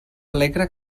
alegre